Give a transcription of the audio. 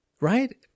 right